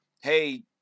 hey